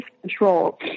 control